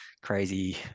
crazy